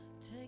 Take